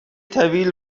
طویل